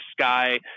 sky